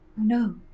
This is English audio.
No